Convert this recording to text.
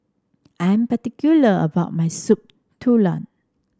I'm particular about my Soup Tulang